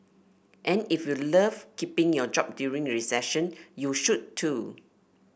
and if you love keeping your job during recession you should too